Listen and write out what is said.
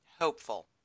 hopeful